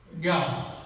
God